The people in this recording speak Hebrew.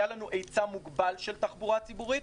היה לנו היצע מוגבל של תחבורה ציבורית,